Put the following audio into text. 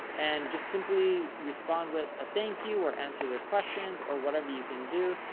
and just simply respond with a thank you or answer their questions or whatever you can do.